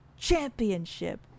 Championship